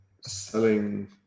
selling